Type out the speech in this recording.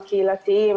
הקהילתיים,